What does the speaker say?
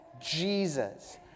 Jesus